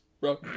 bro